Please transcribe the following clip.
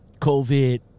covid